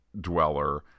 dweller